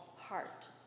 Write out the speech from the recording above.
heart